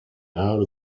out